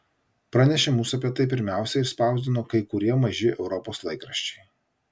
pranešimus apie tai pirmiausia išspausdino kai kurie maži europos laikraščiai